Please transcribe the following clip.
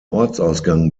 ortsausgang